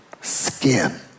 skin